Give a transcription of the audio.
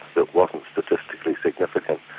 that wasn't statistically significant.